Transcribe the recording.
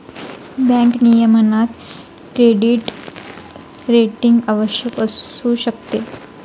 bank नियमनात credit rating आवश्यक असू शकते